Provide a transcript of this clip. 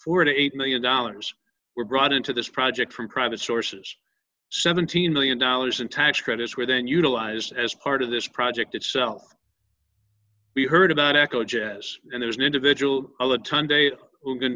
forty eight million dollars were brought into this project from private sources seventeen million dollars in tax credits were then utilized as part of this project itself we heard about echo jazz and there's an individual